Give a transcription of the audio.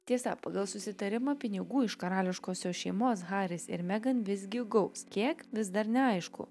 tiesa pagal susitarimą pinigų iš karališkosios šeimos haris ir megan visgi gaus kiek vis dar neaišku